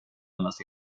andas